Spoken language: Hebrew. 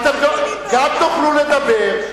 אתם גם תוכלו לדבר,